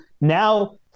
now